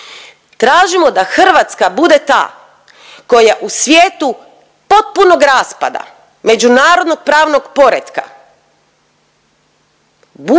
tražimo da Hrvatska bude ta koja u svijetu potpunog raspada međunarodnog pravnog poretka